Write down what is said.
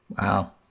Wow